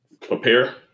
prepare